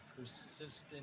persistent